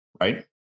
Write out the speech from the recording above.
right